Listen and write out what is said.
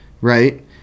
right